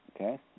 okay